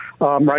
right